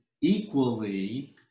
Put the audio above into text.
equally